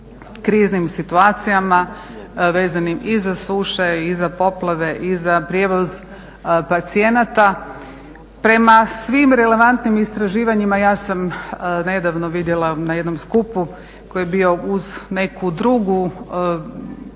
kriznim situacijama vezanim i za suše i za poplave i za prijevoz pacijenata. Prema svim relevantnim istraživanjima, ja sam nedavno vidjela na jednom skupu koji je bio uz neku drugu